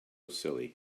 silly